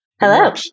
Hello